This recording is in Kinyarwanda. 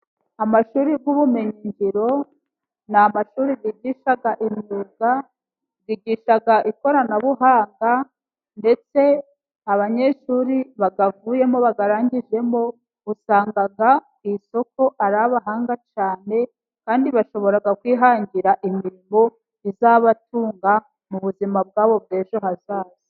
Amashuri y'ubumenyingiro ni amashuri yigisha imyuga, bigisha ikoranabuhanga ndetse abanyeshuri bayarangijemo usanga ku isoko ry'umurimo ari abahanga cyane, kandi bashobora kwihangira imirimo izabatunga mu buzima bwabo bw'ejo hazaza.